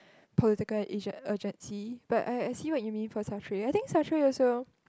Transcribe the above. political agen~ urgency but I I see what you mean for Satray I think Sartray also